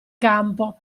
campo